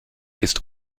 ist